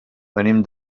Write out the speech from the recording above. venim